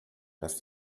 dass